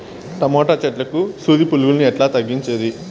Tomato చెట్లకు సూది పులుగులను ఎట్లా తగ్గించేది?